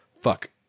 fuck